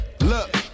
Look